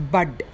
Bud